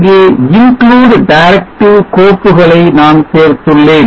இங்கே include directive கோப்புகளை நான் சேர்த்துள்ளேன்